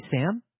Sam